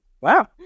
Wow